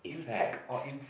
effect